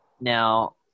Now